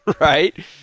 Right